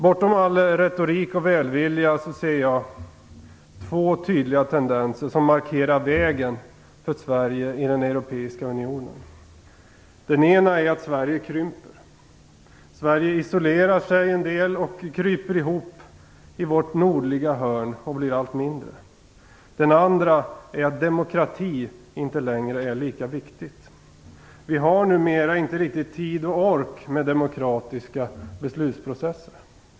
Bortom all retorik och välvilja ser jag två tydliga tendenser som markerar vägen för Sverige i den europeiska unionen. Den ena är att Sverige krymper. Sverige isolerar sig, kryper ihop i vårt nordliga hörn och blir allt mindre. Den andra är att demokrati inte längre är lika viktigt. Vi har numera inte riktigt tid och ork med demokratiska beslutsprocesser.